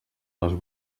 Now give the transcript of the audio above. les